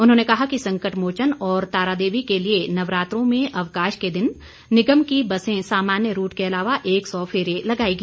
उन्होंने कहा कि संकट मोचन और तारादेवी के लिए नवरात्रों में अवकाश के दिन निगम की बसें सामान्य रूट के अलावा एक सौ फेरे लगाएगी